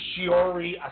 Shiori